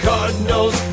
Cardinals